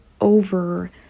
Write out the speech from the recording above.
over